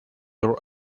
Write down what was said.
your